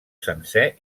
sencer